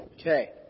Okay